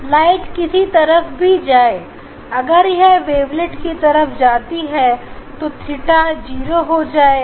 light किसी भी तरफ जाए अगर वह वेवलेट के तरफ जाती है तो थीटा जीरो हो जाएगा